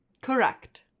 Correct